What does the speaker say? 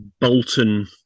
Bolton